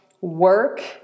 work